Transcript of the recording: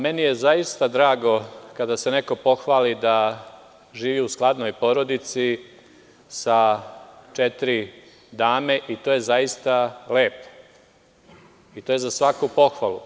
Meni je zaista drago kada se neko pohvali da živi u skladnoj porodici sa četiri dame, i to je zaista lepo, i to je za svaku pohvalu.